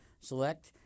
Select